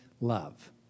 love